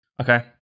Okay